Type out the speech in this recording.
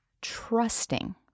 trusting